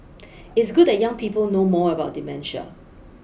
it's good that young people know more about dementia